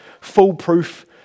foolproof